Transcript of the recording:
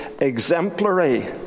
exemplary